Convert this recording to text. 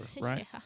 right